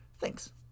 Thanks